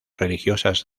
religiosas